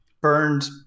burned